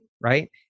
right